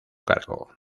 cargo